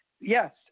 Yes